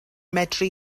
medru